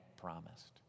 promised